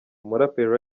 umuraperi